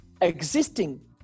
existing